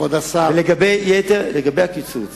לגבי קיצוץ